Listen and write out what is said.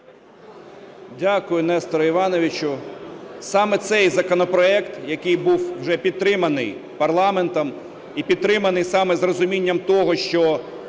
Дякую, Несторе Івановичу. Саме цей законопроект, який був вже підтриманий парламентом, і підтриманий саме з розумінням того, що